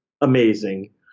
amazing